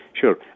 sure